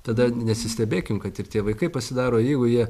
tada nesistebėkim kad ir tie vaikai pasidaro jeigu jie